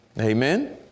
Amen